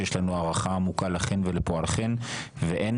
שיש לנו הערכה עמוקה לכן ולפועלכן ואין